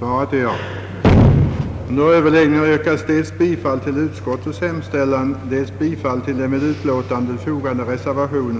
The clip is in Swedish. om åtgärden.